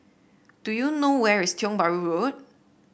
do you know where is Tiong Bahru Road